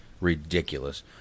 Ridiculous